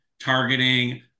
targeting